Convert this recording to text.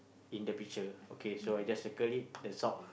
in the picture okay so I just circle it the sock